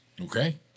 Okay